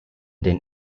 den